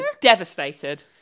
devastated